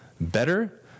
better